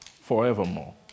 forevermore